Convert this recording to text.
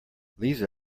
lisa